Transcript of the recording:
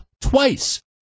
twice